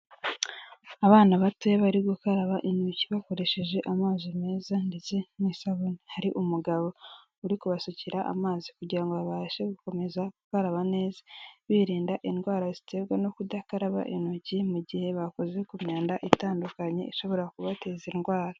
Abana batoya bari gukaraba intoki bakoresheje amazi meza ndetse n'isabune, hari umugabo uri kubasukira amazi kugira ngo babashe gukomeza gukaraba neza, birinda indwara ziterwa no kudakaraba intoki mu gihe bakoze ku myanda itandukanye ishobora kubateza indwara.